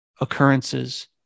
occurrences